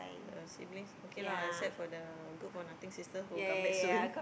the siblings okay lah except for the good for nothing sister who come back soon